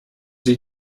sie